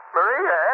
Maria